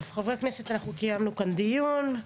חברי הכנסת, קיימנו כאן דיון.